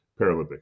Paralympics